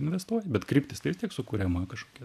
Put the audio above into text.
investuoji bet kryptis tai vis tiek sukuriama kažkokia